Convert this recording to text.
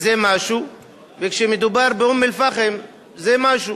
זה משהו וכשמדובר באום-אל-פחם זה משהו.